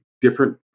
different